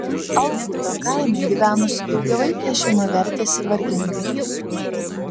algupio kaime gyvenusi daugiavaikė šeima vertėsi vargingai